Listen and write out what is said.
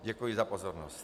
Děkuji za pozornost.